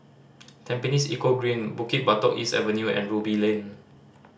Tampines Eco Green Bukit Batok East Avenue and Ruby Lane